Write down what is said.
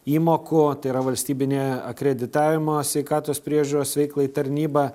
įmokų tai yra valstybinė akreditavimo sveikatos priežiūros veiklai tarnyba